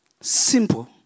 Simple